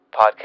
podcast